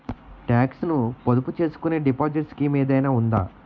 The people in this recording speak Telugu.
టాక్స్ ను పొదుపు చేసుకునే డిపాజిట్ స్కీం ఏదైనా ఉందా?